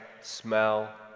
smell